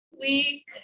week